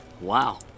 Wow